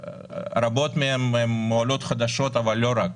רבות מהן הן עולות חדשות אבל לא רק.